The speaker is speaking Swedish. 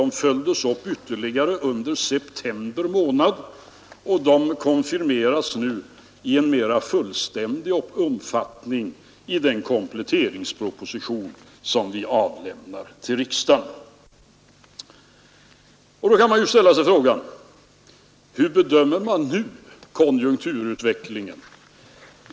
De följdes upp ytterligare under september månad och de konfirmeras nu i en mer fullständig omfattning i den kompletteringsproposition som vi avlämnar till riksdagen. Då kan man ställa sig frågan: Hur bedömer man nu konjukturutvecklingen?